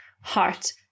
heart